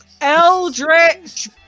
Eldritch